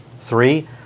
Three